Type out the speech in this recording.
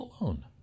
alone